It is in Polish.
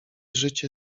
życie